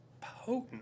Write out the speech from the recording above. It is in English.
potent